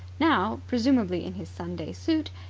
now, presumably in his sunday suit,